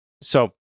So-